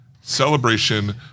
celebration